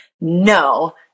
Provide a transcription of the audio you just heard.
no